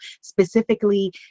specifically